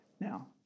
now